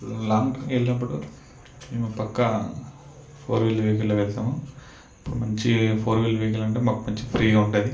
long trip వెళ్ళినప్పుడు మేము పక్కా ఫోర్ వీలర్ వెహికల్లో వెళ్తాము మంచి ఫోర్ వీలర్ వెహికల్ అంటే మాకు మంచిగా ఫ్రీగా ఉంటుంది